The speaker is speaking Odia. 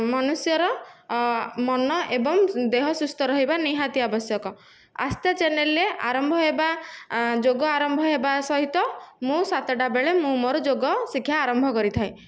ମନୁଷ୍ୟର ମନ ଏବଂ ଦେହ ସୁସ୍ଥ ରହିବା ନିହାତି ଆବଶ୍ୟକ ଆସ୍ଥା ଚ୍ୟାନେଲରେ ଆରମ୍ଭ ହେବା ଯୋଗ ଆରମ୍ଭ ହେବା ସହିତ ମୁଁ ସାତଟା ବେଳେ ମୁଁ ମୋର ଯୋଗଶିକ୍ଷା ଆରମ୍ଭ କରିଥାଏ